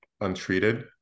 untreated